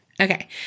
Okay